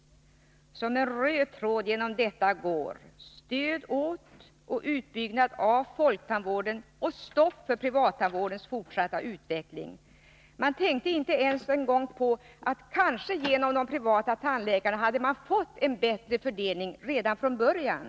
Som en röd tråd genom detta går stöd åt och utbyggnad av folktandvården och stopp för privattandvårdens fortsatta utveckling. Man tänkte inte ens på att man genom de privata tandläkarna kanske hade fått en bättre fördelning redan från början.